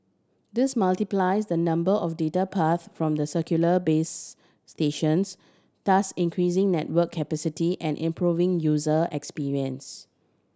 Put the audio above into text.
this multiplies the number of data paths from the cellular base stations thus increasing network capacity and improving user experience